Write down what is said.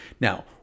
Now